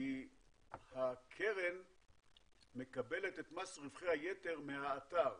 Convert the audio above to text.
כי הקרן מקבלת את מס רווחי היתר מהאתר,